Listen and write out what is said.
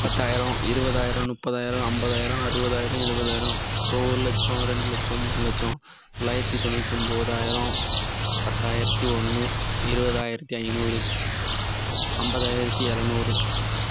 பத்தாயிரம் இருபதாயரம் முப்பதாயரம் ஐம்பதாயரம் அறுபதாயரம் எழுவதாயிரம் இப்போ ஒரு லட்சம் ரெண்டு லட்சம் மூணு லட்சம் தொள்ளாயிரத்தி தொண்ணூற்றி ஒன்போதாயரம் பத்தாயரத்தி ஒன்று இருபதாயிரத்தி ஐநூறு ஐம்பதாயரத்தி இரநூறு